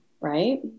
right